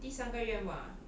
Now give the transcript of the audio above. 第三个愿望